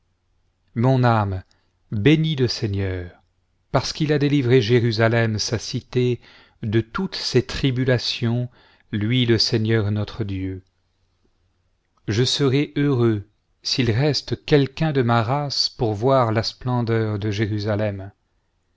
mon âme bénis le seigneur parce qu'il a délivré jérusalem sa cité de toutes ses tribulations lui le seigneur notre dieu je serai heureux s'il reste quelqu'un de ma race pour voir la splendeur de jérusalem